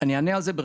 אני אענה על זה,